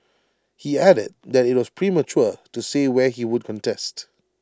he added that IT was premature to say where he would contest